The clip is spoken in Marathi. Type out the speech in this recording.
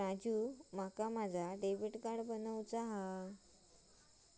राजू, माका माझा डेबिट कार्ड बनवूचा हा